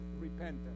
repentance